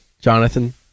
Jonathan